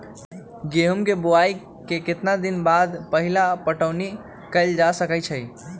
गेंहू के बोआई के केतना दिन बाद पहिला पटौनी कैल जा सकैछि?